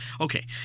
Okay